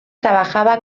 trabajaba